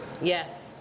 Yes